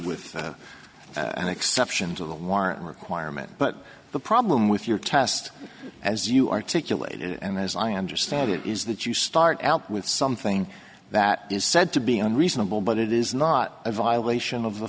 with an exception to the warrant requirement but the problem with your test as you articulated it and as i understand it is that you start out with something that is said to be unreasonable but it is not a violation of the